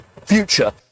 future